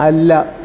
അല്ല